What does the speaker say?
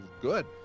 good